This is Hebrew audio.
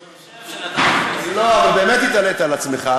זה לא קשור, זה, באמת התעלית על עצמך.